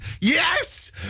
Yes